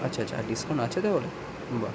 আচ্ছা আচ্ছা ডিসকাউন্ট আছে তাহলে বাহ